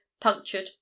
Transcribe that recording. punctured